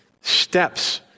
steps